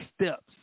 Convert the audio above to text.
steps